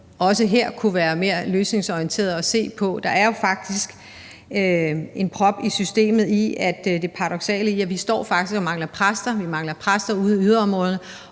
også her kunne være mere løsningsorienteret og se på det. Der er jo faktisk en prop i systemet. Det er paradoksalt, at vi står og mangler præster og mangler præster ude i yderområderne,